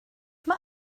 mae